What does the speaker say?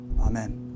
Amen